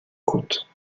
côte